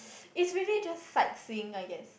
it's really just sightseeing I guess